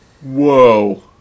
Whoa